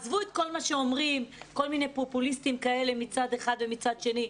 עזבו את כל מה שאומרים כל מיני פופוליסטים מצד אחד ומצד שני.